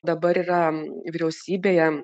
dabar yra vyriausybėje